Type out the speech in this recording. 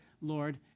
Lord